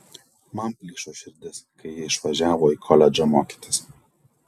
man plyšo širdis kai ji išvažiavo į koledžą mokytis